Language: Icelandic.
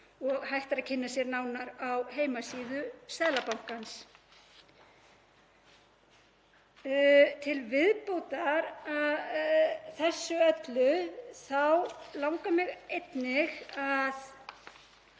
og hægt er að kynna sér nánar á heimasíðu Seðlabankans. Til viðbótar þessu öllu langar mig einnig að